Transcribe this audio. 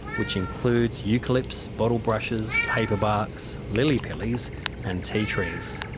which includes eucalypts, bottlebrushes, paperbarks, lilly-pillies and tea trees.